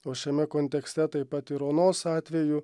o šiame kontekste taip pat ir onos atveju